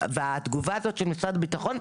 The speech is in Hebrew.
הבנתם שהאזימוט שתפסתם הוא מוטה לחלוטין.